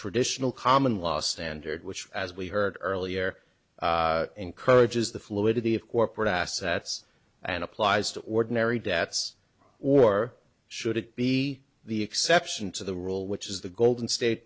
traditional common law standard which as we heard earlier encourages the fluidity of corporate assets and applies to ordinary debts or should it be the exception to the rule which is the golden state